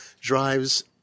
drives